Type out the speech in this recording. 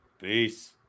Peace